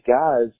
guys